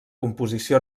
composició